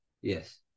Yes